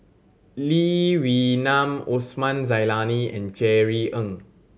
Lee Wee Nam Osman Zailani and Jerry Ng